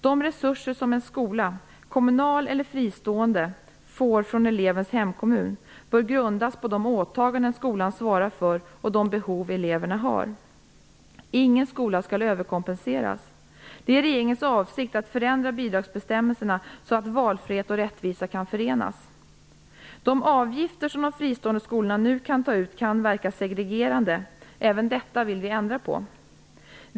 De resurser som en skola, kommunal eller fristående, får från elevens hemkommun bör grundas på de åtaganden skolan svarar för och de behov eleverna har. Ingen skola skall överkompenseras. Det är regeringens avsikt att förändra bidragsbestämmelserna så att valfrihet och rättvisa kan förenas. De avgifter som de fristående skolorna nu kan ta ut kan verka segregerande. Även detta vill vi ändra på.